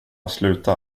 sluta